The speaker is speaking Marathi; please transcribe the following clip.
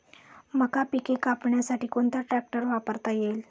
मका पिके कापण्यासाठी कोणता ट्रॅक्टर वापरता येईल?